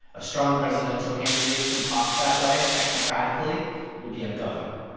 a strong presidential candidate who talks that way technocratically would be a governor.